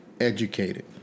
educated